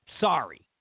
Sorry